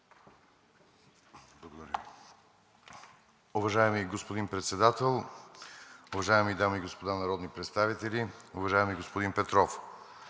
Благодаря